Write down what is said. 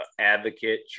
advocate